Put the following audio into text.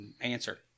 answer